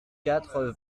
quatre